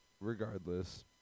regardless